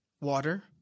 water